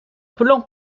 plan